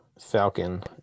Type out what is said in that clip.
Falcon